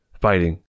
fighting